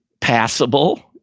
passable